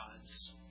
gods